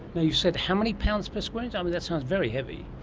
you said how many pounds per square inch? um and that sounds very heavy.